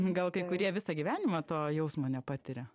gal kai kurie visą gyvenimą to jausmo nepatiria